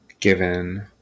given